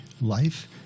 life